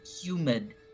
humid